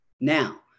Now